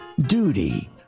duty